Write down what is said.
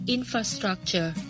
Infrastructure